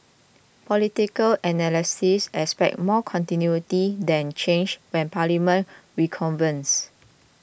political analysts expect more continuity than change when Parliament reconvenes